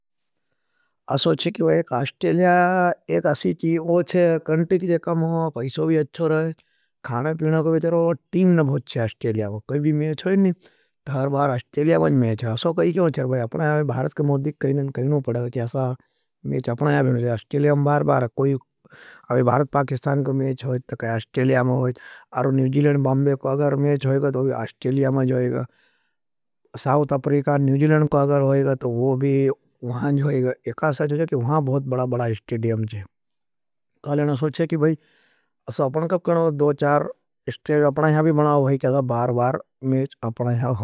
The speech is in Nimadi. असो छे के एक आस्टेलिया, एक आसी चीम हो चाहिए, पैसो भी अच्छो रहे, खाना पिलना को बेटर तीम न भोच चाहिए। अस्टेलिया में, कोई भी मेच होगी नहीं, तो हर बार अस्टेलिया में मेच होगी, अस्टेलिया में बार बार कोई भारत पाकिस्तान है। इसमें इती लिए कोरि अपना इस्टेलिया में मुझयत होगी। तो वो गर्शी में, में को कचणा, तो सुर्विषीन बंबे में डीया में, वो बहुत।